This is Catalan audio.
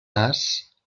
nas